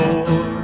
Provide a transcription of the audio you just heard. Lord